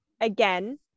again